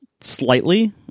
slightly